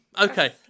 Okay